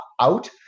out